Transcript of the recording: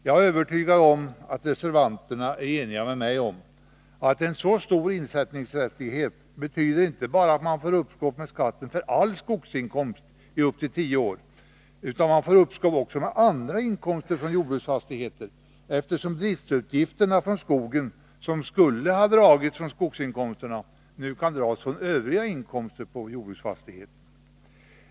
Jag är övertygad om att reservanterna är eniga med mig om att en så stor insättningsrättighet inte bara betyder att man får uppskov med skatten för all skogsinkomst i upp till tio år utan att man också får uppskov med andra inkomster från jordbruksfastigheter, eftersom driftsutgifterna från skogen, som skulle ha avdragits från skogsinkomsten, nu kan dras från övriga inkomster på jordbruksfastigheten.